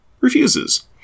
refuses